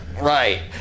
right